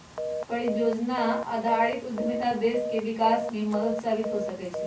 परिजोजना आधारित उद्यमिता देश के विकास में मदद साबित हो सकइ छै